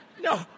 No